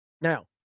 Now